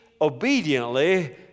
obediently